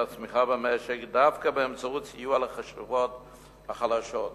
הצמיחה במשק דווקא באמצעות סיוע לשכבות החלשות.